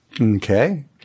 Okay